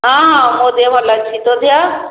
ହଁ ମୋ ଦେହ ଭଲ ଅଛି ତୋ ଦେହ